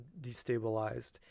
destabilized